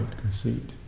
conceit